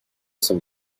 some